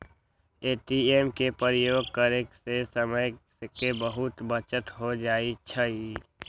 ATM के प्रयोग करे से समय के बहुते बचत हो जाइ छइ